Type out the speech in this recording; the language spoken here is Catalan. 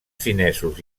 finesos